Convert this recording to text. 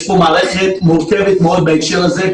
יש פה מערכת מורכבת מאוד בהקשר הזה.